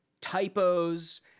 typos